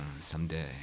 someday